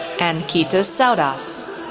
ankita sowdas,